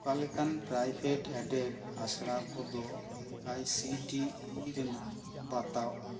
ᱚᱠᱟ ᱞᱮᱠᱟᱱ private aided ᱟᱥᱲᱟ ᱠᱚᱫᱚ A I C T E ᱨᱮᱱᱟᱜ ᱵᱟᱛᱟᱣ ᱟ